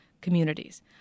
communities